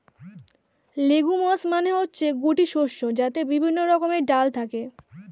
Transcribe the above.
legumes মানে হচ্ছে গুটি শস্য যাতে বিভিন্ন রকমের ডাল থাকে